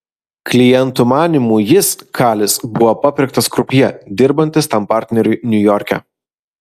klientų manymu jis kalis buvo papirktas krupjė dirbantis tam partneriui niujorke